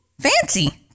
Fancy